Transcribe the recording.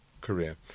career